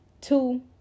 Two